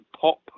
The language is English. pop